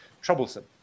troublesome